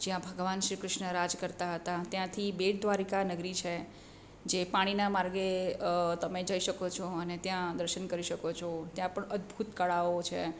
જ્યાં ભગવાન શ્રી ક્રિશ્ન રાજ કરતા હતા ત્યાંથી બેટ દ્વારિકા નગરી છે જે પાણીના માર્ગે તમે જઈ શકો છો અને ત્યાં દર્શન કરી શકો છો ત્યાં પણ અદ્ભૂત કળાઓ છે એમ